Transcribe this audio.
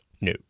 No